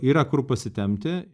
yra kur pasitempti